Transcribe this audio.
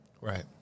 Right